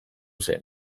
zen